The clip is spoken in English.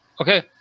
Okay